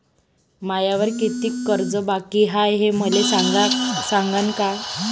मायावर कितीक कर्ज बाकी हाय, हे मले सांगान का?